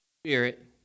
Spirit